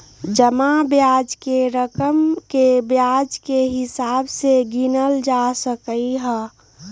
जमा ब्याज के रकम के ब्याज के हिसाब से गिनल जा सका हई